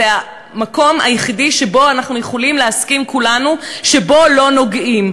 זה המקום היחיד שאנחנו יכולים להסכים כולנו שבו לא נוגעים.